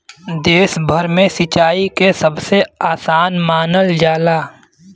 देश भर में सिंचाई के सबसे आसान मानल जाला